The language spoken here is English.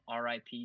RIP